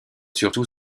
surtout